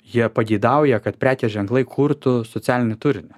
jie pageidauja kad prekės ženklai kurtų socialinį turinį